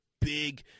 big